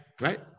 Right